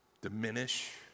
Diminish